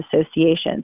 associations